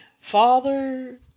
father